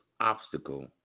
obstacle